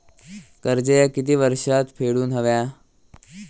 कर्ज ह्या किती वर्षात फेडून हव्या?